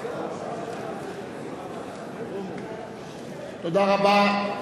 תודה רבה.